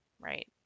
right